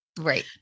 Right